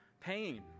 pain